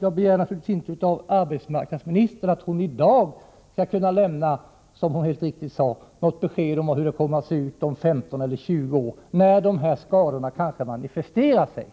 Jag begär naturligtvis inte av arbetsmarknadsministern att hon i dag skall kunna lämna —- vilket hon helt riktigt sade — något besked om hur det kommer att se ut om 15 eller 20 år, när dessa skador kanske manifesterar sig.